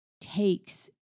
takes